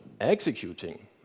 executing